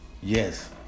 yes